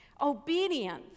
Obedience